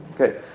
Okay